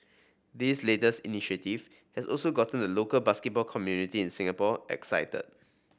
this latest initiative has also gotten the local basketball community in Singapore excited